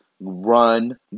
run